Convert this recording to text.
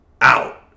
out